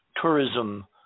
tourism